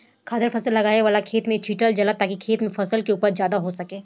खादर फसल लगावे वाला खेत में छीटल जाला ताकि खेत में फसल के उपज ज्यादा हो सके